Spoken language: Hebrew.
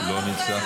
לא נמצא.